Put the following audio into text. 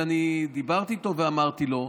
ואני דיברתי איתו ואמרתי לו,